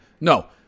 No